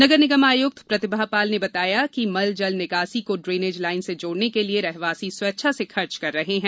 नगर निगम ने आयुक्त प्रतिभा पाल ने बताया कि मल जल निकासी को ड्रेनेज लाइन से जोड़ने के लिए रहवासी स्वेच्छा से खर्च कर रहे हैं